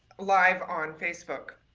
live on facebook.